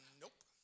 nope